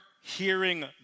hearing